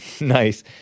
Nice